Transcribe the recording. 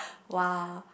!wah!